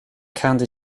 county